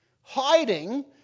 hiding